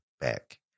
back